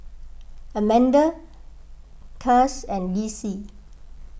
Amanda Cas and Desi